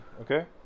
Okay